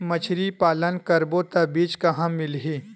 मछरी पालन करबो त बीज कहां मिलही?